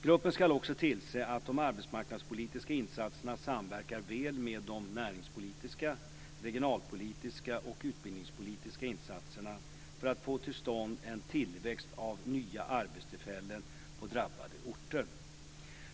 Gruppen ska också tillse att de arbetsmarknadspolitiska insatserna samverkar väl med de näringspolitiska, regionalpolitiska och utbildningspolitiska insatserna för att få till stånd en tillväxt av nya arbetstillfällen på drabbade orter.